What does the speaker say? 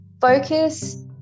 focus